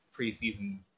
preseason